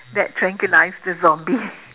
that tranquilize the zombie